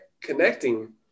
connecting